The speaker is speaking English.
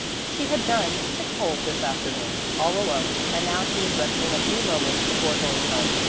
she had done six holes this afternoon, all alone, and now she was resting a few moments before going home.